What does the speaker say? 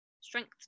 strength